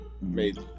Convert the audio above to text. Made